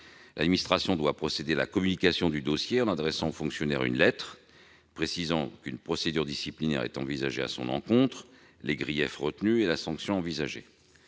L'administration doit procéder à la communication du dossier en adressant au fonctionnaire une lettre précisant qu'une procédure disciplinaire est envisagée à son encontre et présentant les griefs retenus et la sanction envisagée.